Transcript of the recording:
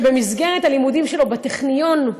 במסגרת הלימודים שלו בטכניון,